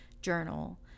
journal